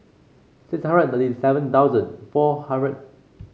six hundred thirty seven thousand four hundred